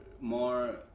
more